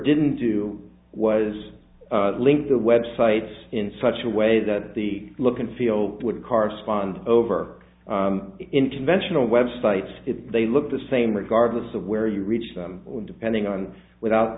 didn't do was link the websites in such a way that the look and feel would correspond over in conventional websites they look the same regardless of where you reach them depending on without